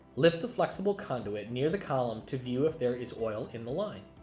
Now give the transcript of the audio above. lift the flexible conduit near the column to view if there is oil in the line.